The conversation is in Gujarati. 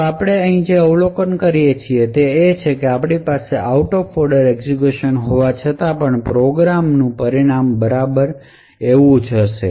તો આપણે અહીં જે અવલોકન કરીએ છીએ તે છે કે આપણી પાસે આઉટ ઓફ ઑર્ડર એક્ઝેક્યુશન હોવા છતાં પણ પ્રોગ્રામનું પરિણામ બરાબર એ જ હશે